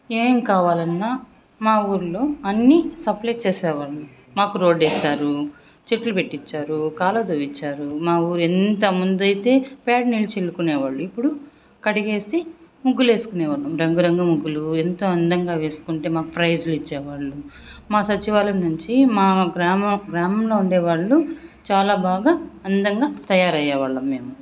ఏం కావాలి అన్నా మా ఊరిలో అన్ని సప్లై చేసేవారు మాకు రోడ్డు వేశారు చెట్లు పెట్టించారు కాలువ తవ్వించారు మా ఊరు ఎంత ముందు అయితే పేడ నీళ్లు చల్లుకునే వాళ్లు ఇప్పుడు కడిగేసి ముగ్గులు వేసుకునే వాళ్ళు రంగురంగుల ముగ్గులు ఎంతో అందంగా వేసుకుంటే మాకు ప్రైజులు ఇచ్చేవాళ్లు మా సచివాలయం నుంచి మా గ్రామ గ్రామంలో ఉండేవాళ్లు చాలా బాగా అందంగా తయారు అయ్యే వాళ్ళం మేము